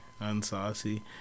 Unsaucy